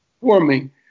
warming